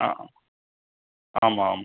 ஆ ஆமாம் ஆமாம்